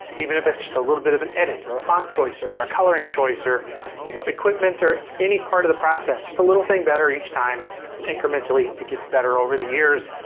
even it's just a little bit of an edit or a font choice or or a coloring choice or you know equipment or any part of the process. just a little thing better each time and incrementally, it gets better over the years.